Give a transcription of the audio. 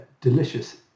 delicious